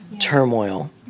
turmoil